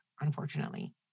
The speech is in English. unfortunately